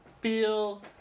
feel